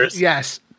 yes